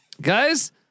Guys